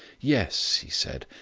yes, he said,